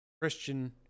Christian